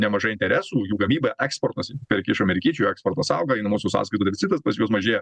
nemažai interesų jų gamyba eksportas perki iš amerikiečių jų eksportas auga einamosios sąskaitos deficitas pas juos mažėja